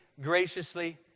graciously